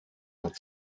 hat